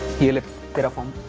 let's go home